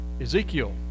Ezekiel